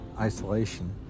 isolation